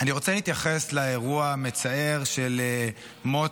אני רוצה להתייחס לאירוע המצער של מות